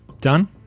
Done